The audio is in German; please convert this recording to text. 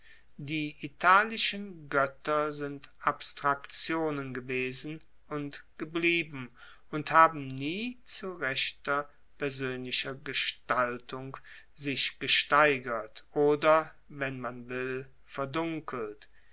die italischen goetter sind abstraktionen gewesen und geblieben und haben nie zu rechter persoenlicher gestaltung sich gesteigert oder wenn man will verdunkelt